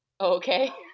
Okay